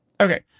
Okay